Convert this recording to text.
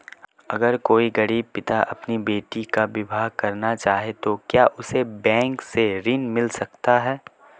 अगर कोई गरीब पिता अपनी बेटी का विवाह करना चाहे तो क्या उसे बैंक से ऋण मिल सकता है?